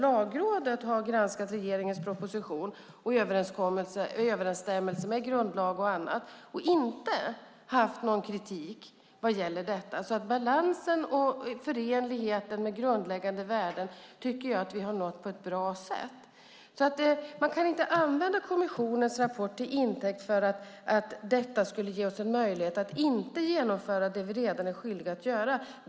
Lagrådet har granskat regeringens proposition och överensstämmelse med grundlag och annat och inte haft någon kritik. Vi har nått balansen och förenligheten med grundläggande värden på ett bra sätt. Man kan alltså inte använda kommissionens rapport till intäkt för att inte genomföra det vi redan är skyldiga att göra.